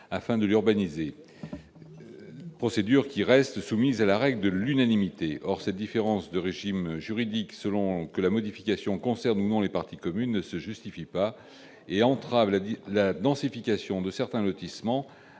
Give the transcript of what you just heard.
afin de l'urbaniser. La règle de l'unanimité reste de mise. Or cette différence de régime juridique, selon que la modification concerne ou non les parties communes, ne se justifie pas et entrave la densification de certains lotissements.